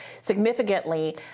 significantly